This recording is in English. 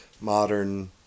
modern